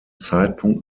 zeitpunkt